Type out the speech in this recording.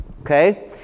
okay